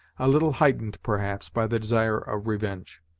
a little heightened, perhaps, by the desire of revenge.